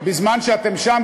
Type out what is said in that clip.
בזמן שאתם שם,